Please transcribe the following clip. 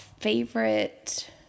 favorite